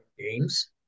games